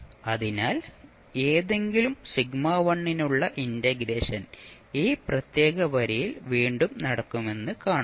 അതിനാൽ ഏതെങ്കിലും σ1 നുള്ള ഇന്റഗ്രേഷൻ ഈ പ്രത്യേക വരിയിൽ വീണ്ടും നടക്കുമെന്ന് കാണും